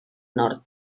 nord